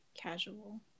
casual